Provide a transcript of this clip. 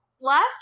last